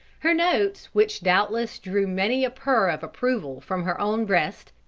her notes, which, doubtless, drew many a purr of approval from her own breast,